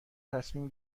تصمیم